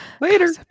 later